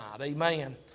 amen